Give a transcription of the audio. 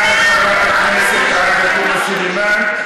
תודה לחברת הכנסת עאידה תומא סלימאן.